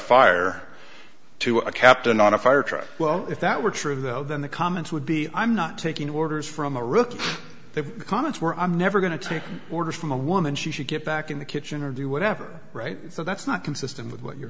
fire to a captain on a fire truck well if that were true though then the comments would be i'm not taking orders from a rookie the comments were i'm never going to take orders from a woman she should get back in the kitchen or do whatever right so that's not consistent with what you're